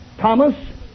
Thomas